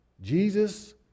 Jesus